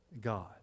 God